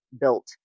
built